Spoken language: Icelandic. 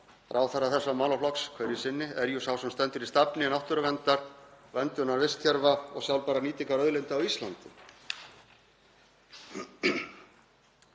ráðherra þessa málaflokks hverju sinni er jú sá sem stendur í stafni náttúruverndar, verndunar vistkerfa og sjálfbærrar nýtingar auðlinda á Íslandi.